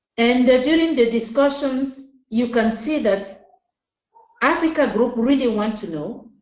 and during the discussions you can see that africa group really wants to know